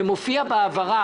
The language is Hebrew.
זה מופיע בהעברה.